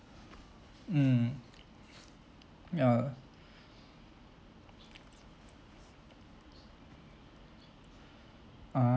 mm ya